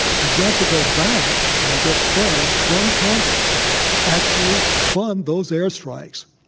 you've got to go back and get funds from congress to actually fund those air strikes.